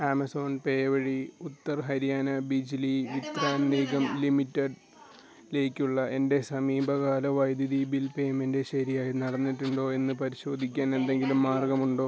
Amazon pay വഴി Uttar Haryana Bijli Vitran Nigam limited ലേക്കുള്ള എൻ്റെ സമീപകാല വൈദ്യുതി ബിൽ പേയ്മെൻ്റ് ശരിയായി നടന്നിട്ടുണ്ടോ എന്ന് പരിശോധിക്കാൻ എന്തെങ്കിലും മാർഗമുണ്ടോ